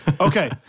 Okay